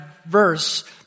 Verse